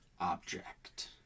object